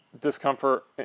discomfort